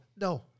no